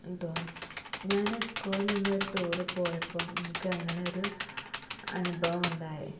ഞാൻ സ്കൂളില് നിന്ന് ഒരു ടൂറ് പോയപ്പം എനിക്ക് അങ്ങനെ ഒരു അനുഭവം ഉണ്ടായി